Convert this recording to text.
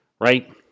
right